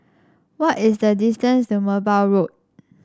what is the distance to Merbau Road